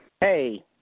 Hey